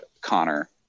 connor